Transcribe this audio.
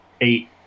eight